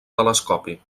telescopi